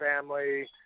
family